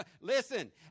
listen